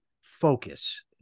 focus